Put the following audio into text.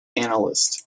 analyst